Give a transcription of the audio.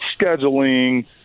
scheduling